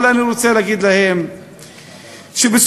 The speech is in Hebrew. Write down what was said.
אבל אני רוצה להגיד להם,